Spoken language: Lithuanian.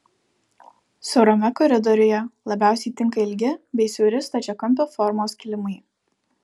siaurame koridoriuje labiausiai tinka ilgi bei siauri stačiakampio formos kilimai